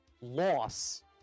loss